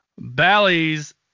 Bally's